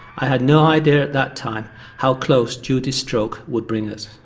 i had no idea at that time how close judy's stroke would bring us.